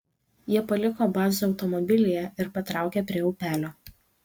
jie paliko bazą automobilyje ir patraukė prie upelio